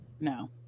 No